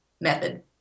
method